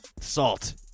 salt